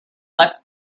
left